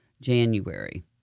January